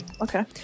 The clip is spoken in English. Okay